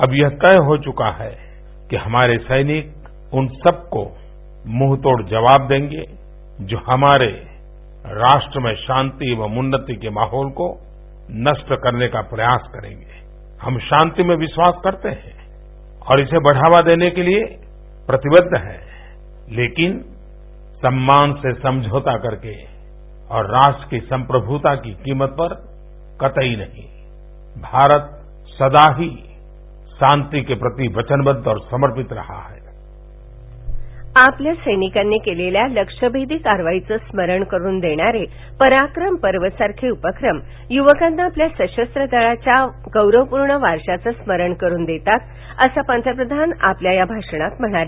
अब यह तय हो चुका है क डिमारसिनिक उन सबहो मूँह तोड जवाब देंग जो हमारसिष्ट्रमे शांती और उन्नती क डिमेहल नष्ट करनक्रिा प्रयास करेंग हम शांती में विधास रखत हि और इसबिढावा दर्घक्रितिए प्रतिबद्ध है लक्रिन सम्मान सक् समजोता करक और राष्ट्र क संप्रभूता की किमत पर कतई नही भारत सदा ही शांती क भ्रेती वचनबद्ध और समर्पित रहा है आपल्या सैनिकांनी केलेल्या लक्ष्यभेदी कारवाईचं स्मरण करून देणारे पराक्रम पर्वसारखे उपक्रम युवकांना आपल्या सशस्त्र दलाच्या गौरवपूर्ण वारशाचं स्मरण करून देतात असं पंतप्रधान आपल्या या भाषणात म्हणाले